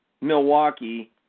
Milwaukee